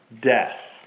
death